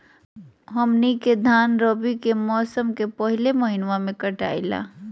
हमनी के धान रवि के मौसम के पहले महिनवा में कटाई ला